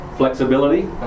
Flexibility